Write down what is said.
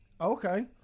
Okay